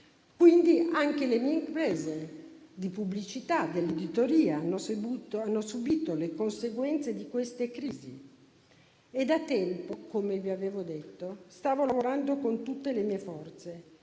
Anche le mie imprese di pubblicità e dell'editoria hanno subìto le conseguenze di tali crisi e da tempo - come vi ho detto - sto lavorando con tutte le mie forze,